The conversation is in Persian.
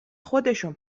خودشون